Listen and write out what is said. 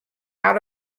out